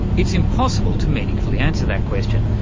it's impossible to meaningfully answer that question,